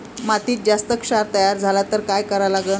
मातीत जास्त क्षार तयार झाला तर काय करा लागन?